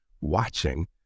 watching